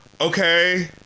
okay